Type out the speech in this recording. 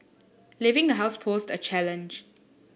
leaving the house posed a challenge